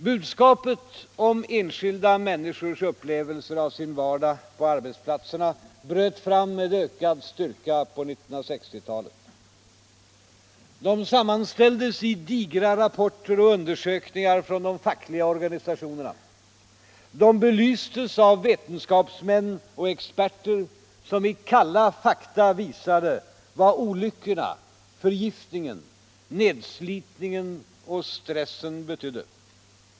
Budskapet om enskilda människors upplevelser av sin vardag på arbetsplatserna bröt fram med ökad styrka under 1960-talet. De sammanställdes i digra rapporter och undersökningar från de fackliga organisationerna. De belystes av vetenskapsmän och experter som i kalla fakta visade vad olyckorna, förgiftningen, nedslitningen och stressen betydde.